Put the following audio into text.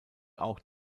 auch